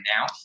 now